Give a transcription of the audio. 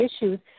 issues